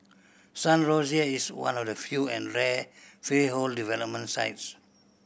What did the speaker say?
Sun Rosier is one of the few and rare freehold development sites